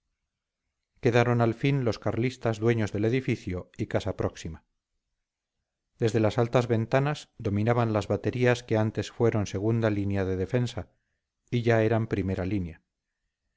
quedaron al fin los carlistas dueños del edificio y casa próxima desde las altas ventanas dominaban las baterías que antes fueron segunda línea de defensa y ya eran primera línea